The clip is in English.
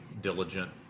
diligent